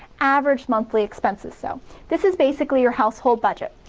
average monthly expenses, so this is basically your household budget.